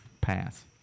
Pass